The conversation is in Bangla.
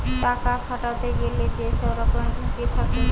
টাকা খাটাতে গেলে যে সব রকমের ঝুঁকি থাকে